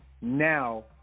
now